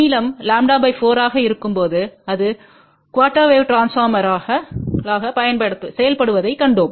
நீளம் λ 4 ஆக இருக்கும்போது அது குஆர்டெர் வேவ் டிரான்ஸ்பார்மர்களாக செயல்படுவதைக் கண்டோம்